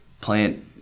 plant